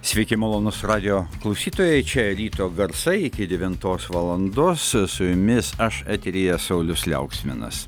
sveiki malonūs radijo klausytojai čia ryto garsai iki devintos valandos su jumis aš eteryje saulius liauksminas